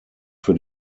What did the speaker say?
für